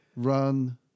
Run